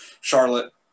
Charlotte